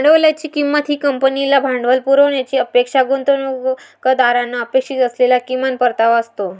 भांडवलाची किंमत ही कंपनीला भांडवल पुरवण्याची अपेक्षा गुंतवणूकदारांना अपेक्षित असलेला किमान परतावा असतो